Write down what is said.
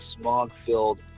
smog-filled